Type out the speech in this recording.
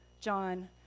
John